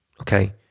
okay